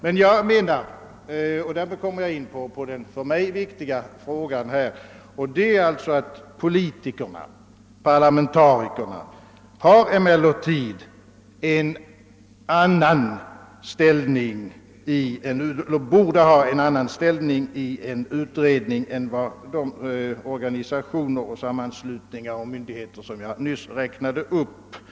Jag anser emellertid — och därmed kommer jag in på den för mig viktiga frågan — att politikerna, parlamentarikerna, borde ha en annan ställning i utredningen än vad de organisationer, sammanslutningar och myndigheter, som jag nyss räknade upp, kan ha.